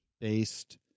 based